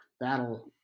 that'll